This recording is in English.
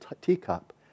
teacup